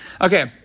Okay